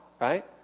right